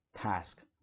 task